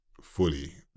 fully